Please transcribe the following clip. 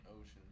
ocean